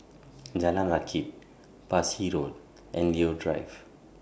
Jalan Rakit Parsi Road and Leo Drive